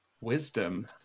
wisdom